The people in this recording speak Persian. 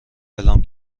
اعلام